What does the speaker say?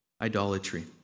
Idolatry